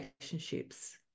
relationships